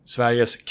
Sveriges